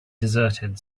deserted